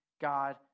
God